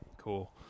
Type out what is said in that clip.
Cool